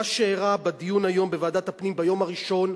מה שאירע בדיון היום בוועדת הפנים, ביום הראשון,